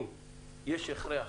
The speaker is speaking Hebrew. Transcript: אם יש הכרח